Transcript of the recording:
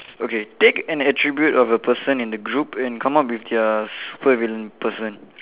okay take an attribute of a person in the group and come up with their super villain person